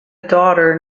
daughter